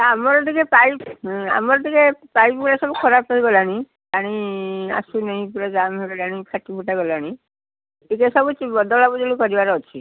ଆମର ଟିକେ ପାଇପ୍ ଆମର ଟିକେ ପାଇପ୍ଗୁଡ଼ା ସବୁ ଖରାପ ହେଇଗଲାଣି ପାଣି ଆସୁନି ପୁରା ଜାମ୍ ହେଇଗଲାଣି ଫାଟିଫୁଟା ଗଲାଣି ଟିକେ ସବୁ ବଦଳାବଦଳି କରିବାର ଅଛି